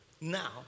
now